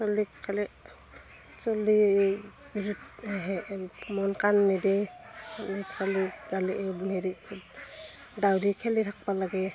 চলি খালি চলি মন কাণ নেদে খালি গালি হেৰি ডাউৰি খেলি থাকবা লাগে